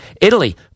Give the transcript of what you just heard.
Italy